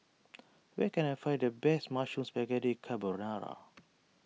where can I find the best Mushroom Spaghetti Carbonara